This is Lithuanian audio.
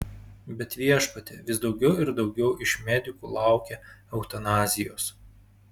bet viešpatie vis daugiau ir daugiau iš medikų laukia eutanazijos